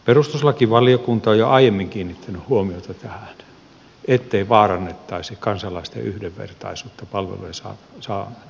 perustuslakivaliokunta on jo aiemmin kiinnittänyt huomiota tähän ettei vaarannettaisi kansalaisten yhdenvertaisuutta palvelujen saavuttamisessa